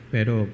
Pero